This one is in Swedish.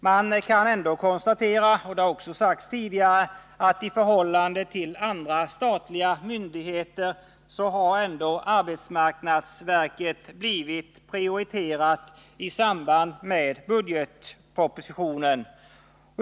Man kan ändå konstatera — det har också sagts tidigare — att arbetsmarknadsverket i förhållande till andra statliga myndigheter ändå har blivit prioriterat i budgetpropositionen.